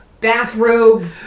bathrobe